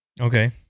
Okay